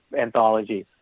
anthologies